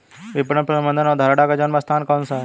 विपणन प्रबंध अवधारणा का जन्म स्थान कौन सा है?